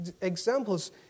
examples